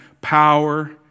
power